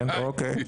אוקיי.